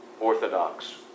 orthodox